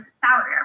salary